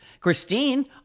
Christine